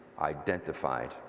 identified